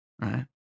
right